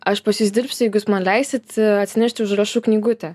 aš pas jus dirbsiu jeigu jūs man leisit atsinešti užrašų knygutę